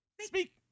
Speak